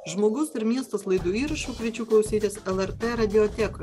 žmogus ir miestas laidų įrašų kviečiu klausytis lrt radiotekoj